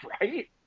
right